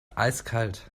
eiskalt